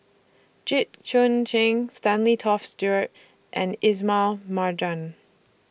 Jit Koon Ch'ng Stanley Toft Stewart and Ismail Marjan